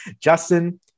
Justin